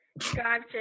subscribe